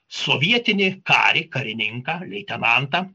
sovietinį karį karininką leitenantą